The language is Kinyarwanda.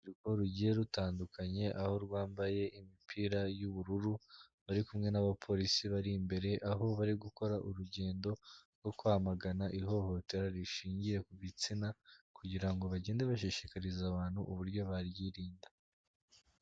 Urugiye rutandukanye aho rwambaye imipira y'ubururu bari kumwe n'abapolisi bari imbere aho bari gukora urugendo rwo kwamagana ihohotera rishingiye ku gitsina kugira ngo bagende bashishikariza abantu uburyo baryirinda.